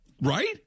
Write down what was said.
Right